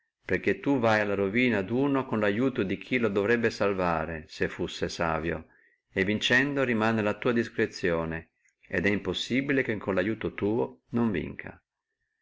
perché tu vai alla ruina duno con lo aiuto di chi lo doverrebbe salvare se fussi savio e vincendo rimane a tua discrezione et è impossibile con lo aiuto tuo che non vinca